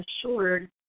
assured